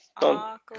done